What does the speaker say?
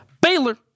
Baylor